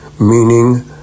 meaning